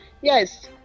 yes